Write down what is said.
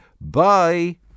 bye